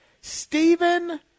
Stephen